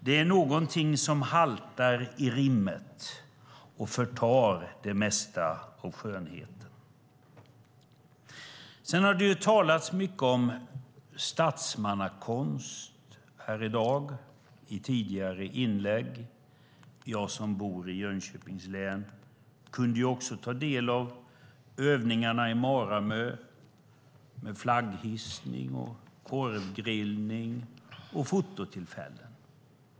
Det är någonting som haltar i rimmet och förtar det mesta av skönheten. Det har talats mycket om statsmannakonst här i dag i tidigare inlägg. Jag som bor i Jönköpings län kunde också ta del av övningarna i Maramö med flagghissning, korvgrillning och fototillfällen.